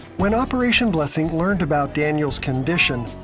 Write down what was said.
when operation blessing learned about daniel's condition,